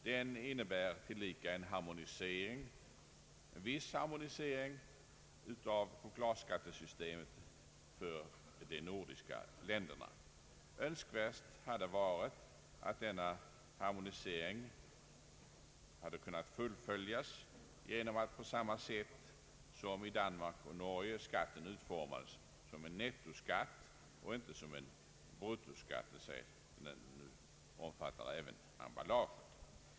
Den innebär tillika en viss harmonisering av chokladskattesystemen i de nordiska länderna. Önskvärt hade varit att denna harmonisering kunnat fullföljas genom att skatten på samma sätt som i Danmark och Norge utformats som en nettoskatt och inte som en bruttoskatt, dvs. inklusive emballaget.